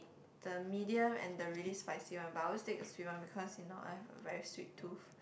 the medium and the really spicy one but I always take the sweet one because you know I have a very sweet tooth